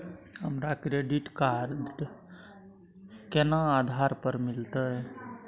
हमरा credit card केना आधार पर मिलते?